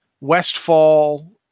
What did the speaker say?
Westfall